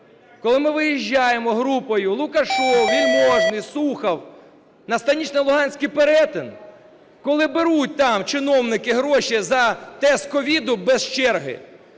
коли ми виїжджаємо групою: Лукашев, Вельможний, Сухов на станично-луганський перетин, коли беруть там чиновники гроші за тест на COVID без черги,